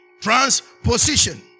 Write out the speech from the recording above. Transposition